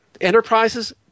Enterprises